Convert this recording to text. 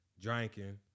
drinking